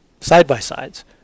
side-by-sides